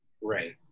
Right